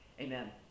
Amen